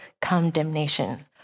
condemnation